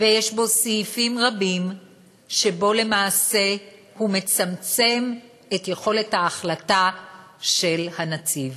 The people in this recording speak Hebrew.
ויש בו סעיפים רבים שבהם למעשה הוא מצמצם את יכולת ההחלטה של הנציב,